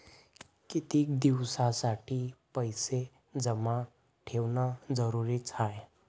कितीक दिसासाठी पैसे जमा ठेवणं जरुरीच हाय?